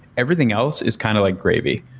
everything else is kind of like gravy,